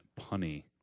punny